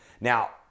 Now